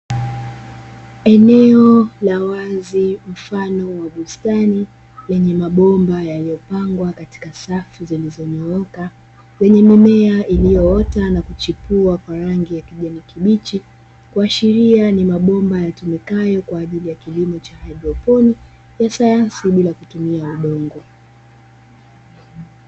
Eneo la wazi mfano wa bustani, lenye mabomba yaliyopangwa katika safu zilizonyooka lenye mimea iliyoota na kuchipua kwa rangi ya kijani kibichi, kuashiria ni mabomba yatumikayo kwa ajili ya kilimo cha haidroponi ya sayansi bila kutumia udongo.